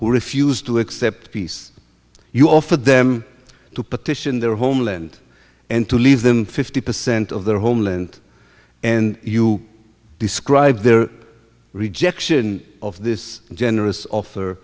refused to accept peace you offer them to petition their homeland and to leave them fifty percent of their homeland and you described their rejection of this generous